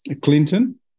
Clinton